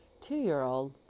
two-year-old